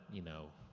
you know,